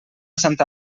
santa